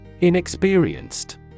Inexperienced